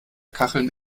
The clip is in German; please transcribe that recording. kacheln